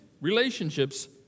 relationships